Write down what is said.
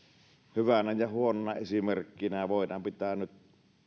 hyvänä huonona esimerkkinä voidaan pitää nyt